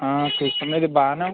చూసుకోండి ఇది బాగానే